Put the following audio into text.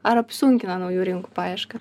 ar apsunkina naujų rinkų paiešką